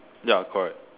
ya correct